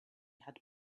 had